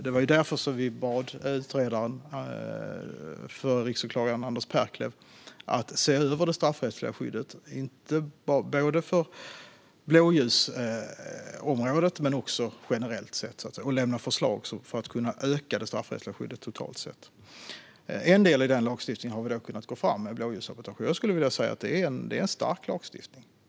Det var därför vi bad utredaren, den förre riksåklagare Anders Perklev, att se över det straffrättsliga skyddet för både blåljusområdet och generellt sett. Han skulle också lämna förslag för att vi totalt sett ska kunna öka det straffrättsliga skyddet. En del i lagstiftningen har vi kunnat gå fram med, nämligen blåljussabotage. Det är enligt mig en stark lagstiftning.